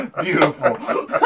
Beautiful